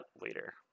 later